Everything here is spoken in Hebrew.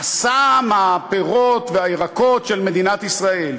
אסם הפירות והירקות של מדינת ישראל.